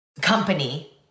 company